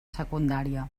secundària